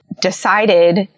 decided